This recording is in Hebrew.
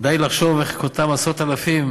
די לחשוב איך אותם עשרות-אלפים